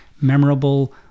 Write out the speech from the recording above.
memorable